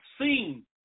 seen